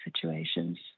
situations